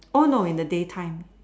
oh no in the day time